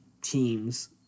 teams